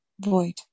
Void